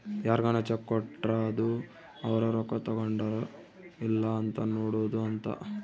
ಯಾರ್ಗನ ಚೆಕ್ ಕೊಟ್ರ ಅದು ಅವ್ರ ರೊಕ್ಕ ತಗೊಂಡರ್ ಇಲ್ಲ ಅಂತ ನೋಡೋದ ಅಂತ